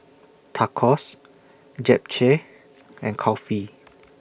Tacos Japchae and Kulfi